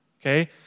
Okay